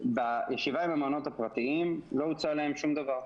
בישיבה עם המעונות הפרטיים לא הוצע להם שום דבר.